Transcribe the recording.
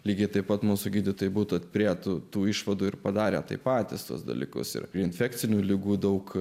lygiai taip pat mūsų gydytojai būtų prie tų tų išvadų ir padarę tai patys tuos dalykus ir infekcinių ligų daug